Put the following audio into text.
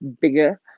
bigger